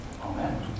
Amen